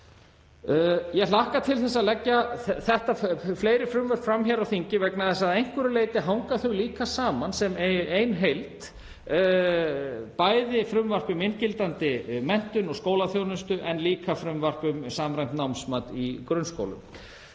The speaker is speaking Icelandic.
Ég hlakka til að leggja fleiri frumvörp fram hér á þingi vegna þess að að einhverju leyti hanga þau saman sem ein heild, bæði frumvarp um inngildandi menntun og skólaþjónustu en líka frumvarp um samræmt námsmat í grunnskólum.